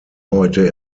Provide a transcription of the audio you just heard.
heute